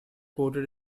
coated